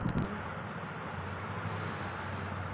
మిరప పంటలో dieback వ్యాధి ముట్టడి గురించి తెల్పండి?